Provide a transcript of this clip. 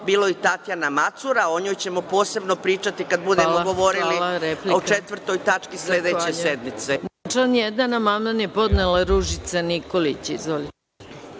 bilo i Tatjana Macura. O njoj ćemo posebno pričati kada budemo govorili o četvrtoj tački sledeće sednice.